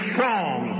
Strong